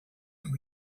and